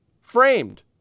framed